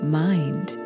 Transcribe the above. mind